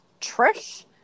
Trish